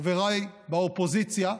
חבריי באופוזיציה,